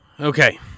Okay